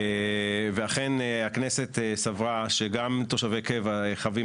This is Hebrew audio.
ואכן הכנסת סברה שגם תושבי קבע חייבים